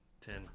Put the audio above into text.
Ten